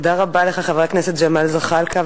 תודה רבה לך, חבר הכנסת ג'מאל זחאלקה.